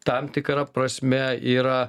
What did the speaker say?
tam tikra prasme yra